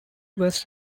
was